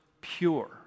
pure